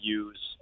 use